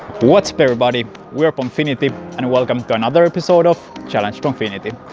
what's up everybody! we are pongfinity and welcome to another episode of challenge pongfinity!